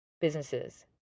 businesses